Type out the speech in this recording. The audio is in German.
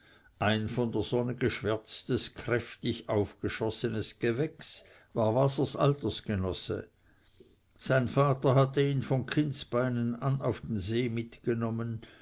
ein von der sonne geschwärztes kräftig aufgeschossenes gewächs war wasers altersgenosse sein vater hatte ihn von kindesbeinen an auf den see mitgenommen